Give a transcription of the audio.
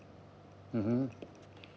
mmhmm